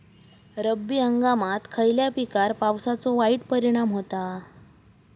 रब्बी हंगामात खयल्या पिकार पावसाचो वाईट परिणाम होता?